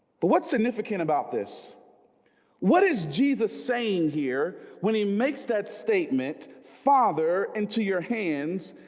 but what's significant about this what is jesus saying here when he makes that statement father into your hands?